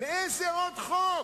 לאיזה עוד חוק